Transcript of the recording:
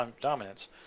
dominance